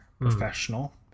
Professional